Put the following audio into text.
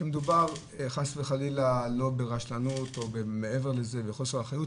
שמדובר חס וחלילה לא ברשלנות ולא בחוסר אחריות,